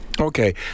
Okay